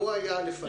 הוא היה לפנייך.